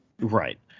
Right